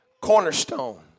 cornerstone